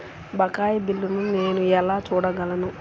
బకాయి బిల్లును నేను ఎలా చూడగలను?